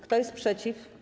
Kto jest przeciw?